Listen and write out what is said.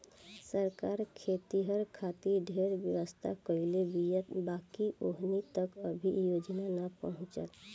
सरकार खेतिहर खातिर ढेरे व्यवस्था करले बीया बाकिर ओहनि तक अभी योजना ना पहुचल